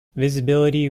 visibility